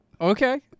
Okay